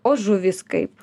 o žuvys kaip